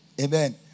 amen